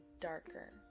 darker